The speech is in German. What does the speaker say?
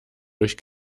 durch